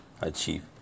achieve